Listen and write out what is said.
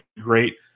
great